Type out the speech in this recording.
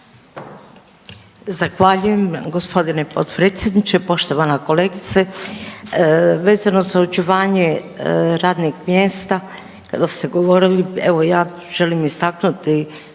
Zahvaljujem gospodine potpredsjedniče. Poštovana kolegice vezano za očuvanje radnih mjesta kada ste govorili, evo ja želim istaknuti